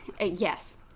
Yes